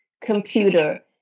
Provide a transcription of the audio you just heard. computer